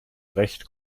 recht